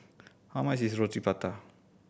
how much is Roti Prata